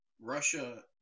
Russia